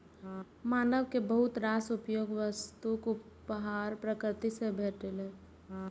मानव कें बहुत रास उपयोगी वस्तुक उपहार प्रकृति सं भेटलैए